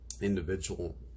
individual